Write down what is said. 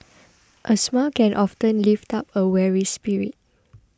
a smile can often lift up a weary spirit